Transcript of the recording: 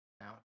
now